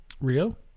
Rio